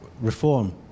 reform